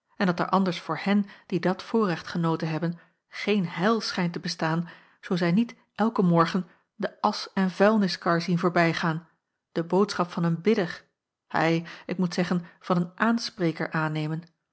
en dat er anders voor hen die dat voorrecht genoten hebben geen heil schijnt te bestaan zoo zij niet elken morgen de asch en vuilniskar zien voorbijgaan de boodschap van een bidder hei ik moet zeggen van een aanspreker aannemen